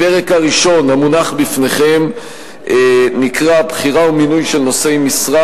הפרק הראשון המונח בפניכם נקרא "בחירה ומינוי של נושא משרה".